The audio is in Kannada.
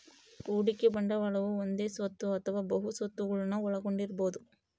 ಹೂಡಿಕೆ ಬಂಡವಾಳವು ಒಂದೇ ಸ್ವತ್ತು ಅಥವಾ ಬಹು ಸ್ವತ್ತುಗುಳ್ನ ಒಳಗೊಂಡಿರಬೊದು